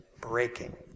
breaking